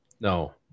No